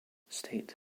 state